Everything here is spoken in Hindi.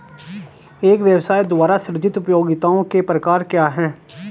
एक व्यवसाय द्वारा सृजित उपयोगिताओं के प्रकार क्या हैं?